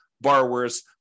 borrowers